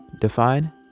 Define